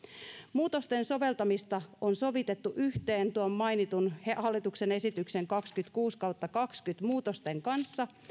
muutosten soveltamista on sovitettu yhteen tuon mainitun hallituksen esityksen kaksikymmentäkuusi kautta kahdentuhannenkahdenkymmenen muutosten kanssa